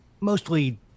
mostly